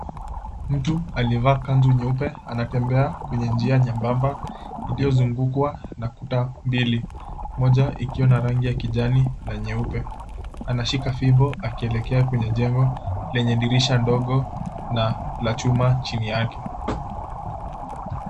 Mtu aliyevaa kanzu nyeupe anatembea kwenye njia nyembamba iliyozungukwa na kuta mbili, moja ikiwa na rangi ya kijani na nyeupe anashika fimbo akielekea kwenye jengo lenye dirisha ndogo na la chuma chini yake.